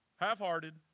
Half-hearted